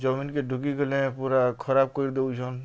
ଜମିନ୍କେ ଢୁକି ଗଲେ ପୁରା ଖରାପ୍ କରିଦେଉଛନ୍